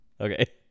Okay